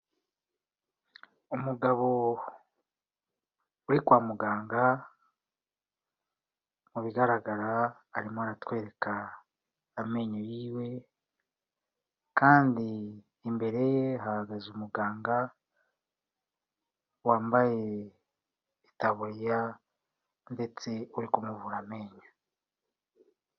Umugabo uri kwa muganga, mu bigaragara arimo aratwereka amenyo y'iwe kandi imbere ye hahagaze umuganga wambaye itaburiya ndetse uri kumuvura amenyo.